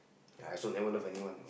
ya I also never love anyone